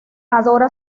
adora